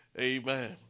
Amen